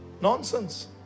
nonsense